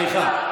סליחה,